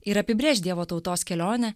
ir apibrėš dievo tautos kelionę